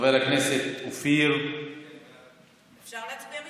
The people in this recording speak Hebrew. אנחנו עוברים להצעות לסדר-היום